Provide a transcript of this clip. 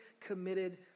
committed